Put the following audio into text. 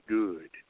good